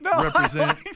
represent